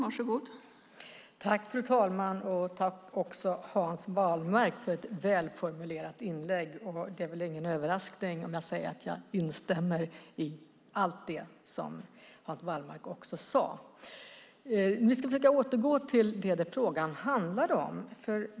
Fru talman! Tack för ett välformulerat inlägg, Hans Wallmark! Det är väl ingen överraskning om jag säger att jag instämmer i allt det som Hans Wallmark sade. Jag ska försöka återgå till det som frågan handlade om.